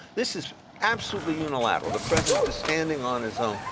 this is absolutely unilateral, the president is standing on his own,